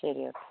ശരി ഓക്കെ